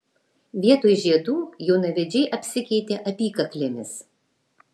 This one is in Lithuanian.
vietoj žiedų jaunavedžiai apsikeitė apykaklėmis